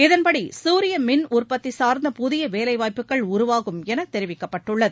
இதன்படி சூரிய மின்உற்பத்தி சார்ந்த புதிய வேலைவாய்ப்புகள் உருவாகும் என தெரிவிக்கப்பட்டுள்ளது